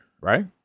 right